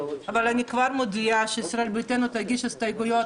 אבל אני כבר מודיעה שישראל ביתנו תגיש הסתייגויות,